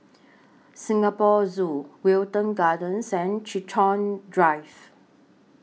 Singapore Zoo Wilton Gardens and Chiltern Drive